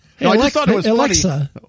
Alexa